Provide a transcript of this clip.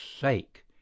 sake